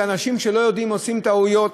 ואנשים שלא יודעים עושים טעויות.